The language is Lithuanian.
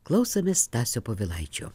klausomės stasio povilaičio